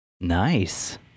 Nice